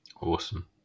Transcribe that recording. Awesome